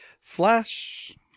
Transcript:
Flash